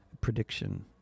prediction